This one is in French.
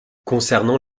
concernant